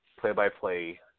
play-by-play